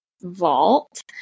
vault